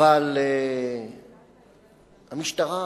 אבל המשטרה